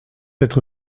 être